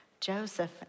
Joseph